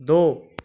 दो